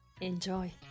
Enjoy